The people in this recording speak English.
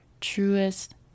truest